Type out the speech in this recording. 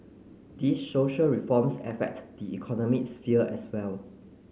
these social reforms affect the economic sphere as well